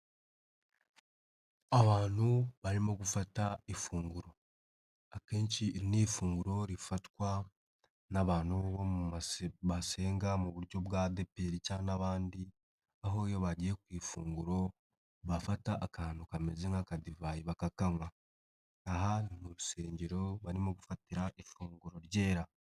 Abantu barimo gufata ifunguro, akenshi ni ifunguro rifatwa n'abantu basenga mu buryo bw'adeperi cyangwa n'abandi, aho iyo bagiye ku ifunguro bafata akantu kameze nk'aka divayi bakakanywa. Aha mu rusengero barimo gufatira ifunguro ryera.